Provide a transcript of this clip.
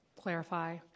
clarify